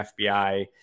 FBI